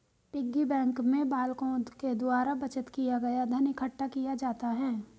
piggy bank में बालकों के द्वारा बचत किया गया धन इकट्ठा किया जाता है